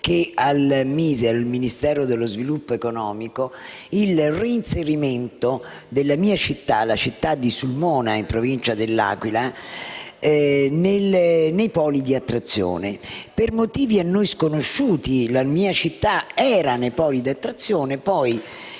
sia al Ministero dello sviluppo economico il reinserimento della mia città, la città di Sulmona in Provincia dell’Aquila, nei poli di attrazione. Per motivi a noi sconosciuti la mia città era nei poli di attrazione, ma